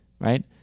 Right